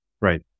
right